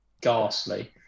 ghastly